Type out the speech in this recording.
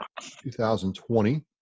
2020